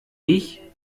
ich